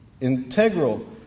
integral